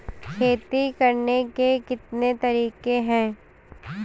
खेती करने के कितने तरीके हैं?